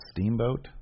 Steamboat